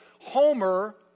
Homer